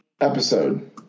episode